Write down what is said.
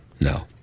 No